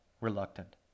reluctant